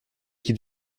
qui